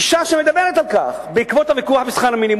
אשה שמדברת על כך בעקבות הוויכוח על שכר המינימום.